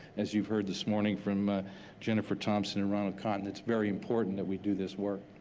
as you've heard this morning from jennifer thompson and ronald cotton, it's very important that we do this work.